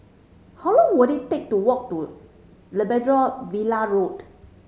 how long will it take to walk to Labrador Villa Road